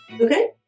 Okay